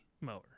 mower